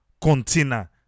container